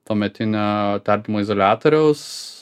tuometinio tardymo izoliatoriaus